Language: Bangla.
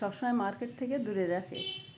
সব সময় মার্কেট থেকে দূরে রাখে